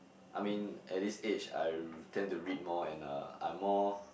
I mean at this age I tend to read more and uh I'm more